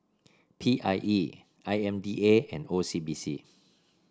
P I E I M D A and O C B C